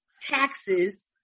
taxes